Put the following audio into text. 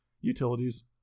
utilities